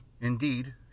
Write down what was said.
Indeed